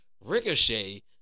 Ricochet